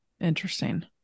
Interesting